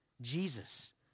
Jesus